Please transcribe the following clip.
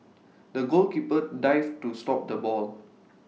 the goalkeeper dived to stop the ball